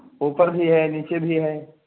اوپر بھی ہے نیچے بھی ہے